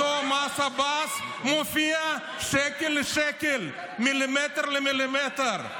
אותו מס עבאס, מופיע שקל לשקל, מילימטר למילימטר.